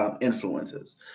influences